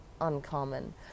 uncommon